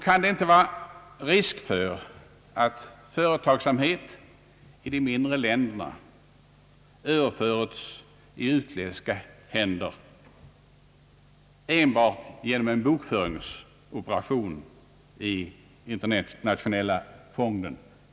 Kan det inte vara risk för att företagsamhet i de mindre länderna överföres i utländska händer enbart genom en bokföringsoperation i den internationella fonden?